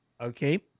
Okay